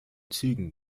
zügen